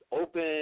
Open